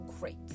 great